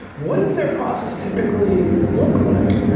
what does their process typically look like?